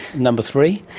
number three?